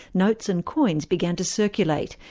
notes and coins began to circulate,